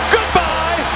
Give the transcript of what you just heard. Goodbye